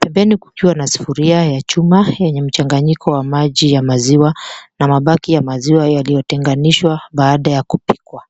Pembeni kukiwa na sufuria ya chuma yenye mchanganyiko wa maji ya maziwa na mabaki ya maziwa yaliyotenganishwa baada ya kupikwa.